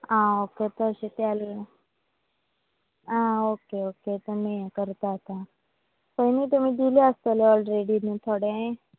आं ओके तशें तेल घेवन आं ओके ओके तुमी हें करतात पयलीं तुमी दिला आसतलें न्हूं थोडें